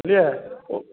बुझलियै ओ